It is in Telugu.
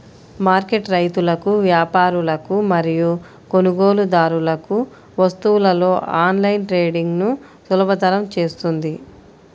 మార్కెట్ రైతులకు, వ్యాపారులకు మరియు కొనుగోలుదారులకు వస్తువులలో ఆన్లైన్ ట్రేడింగ్ను సులభతరం చేస్తుంది